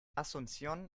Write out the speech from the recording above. asunción